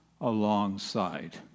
alongside